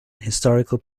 historic